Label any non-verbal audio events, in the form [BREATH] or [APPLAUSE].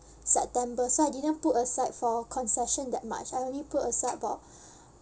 september so I didn't put aside for concession that much I only put aside about [BREATH]